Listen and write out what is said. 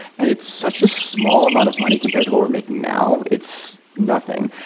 and it's such a small amount of money compared to what we're making now. it's nothing.